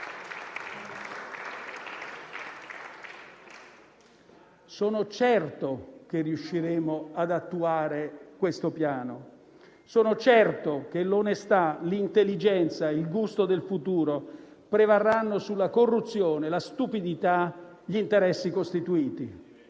Sono certo che riusciremo ad attuare questo Piano. Sono certo che l'onestà, l'intelligenza, il gusto del futuro prevarranno sulla corruzione, la stupidità e gli interessi costituiti.